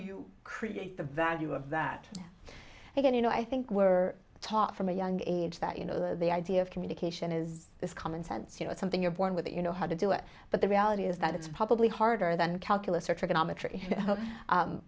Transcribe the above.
you create the value of that again you know i think we're taught from a young age that you know the idea of communication is this common sense you know something you're born with it you know how to do it but the reality is that it's probably harder than calculus or t